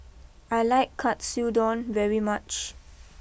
I like Katsudon very much